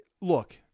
look